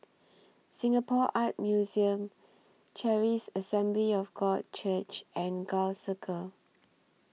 Singapore Art Museum Charis Assembly of God Church and Gul Circle